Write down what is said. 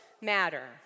matter